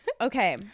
Okay